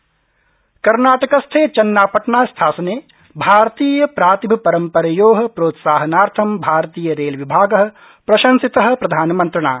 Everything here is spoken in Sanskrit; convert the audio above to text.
चन्नापटना कर्नाटकस्थे चन्नापटना स्थासने भारतीय प्रतिभपरम्परयो प्रोत्साहनार्थ भारती रेल विभाग प्रशंसित प्रधानमन्त्रिणा